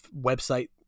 website